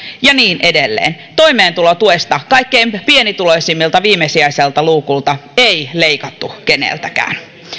ja niin edelleen toimeentulotuesta kaikkein pienituloisimmilta viimesijaiselta luukulta ei leikattu keneltäkään